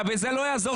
2. מי נגד?